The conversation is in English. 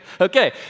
Okay